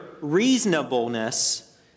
reasonableness